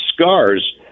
scars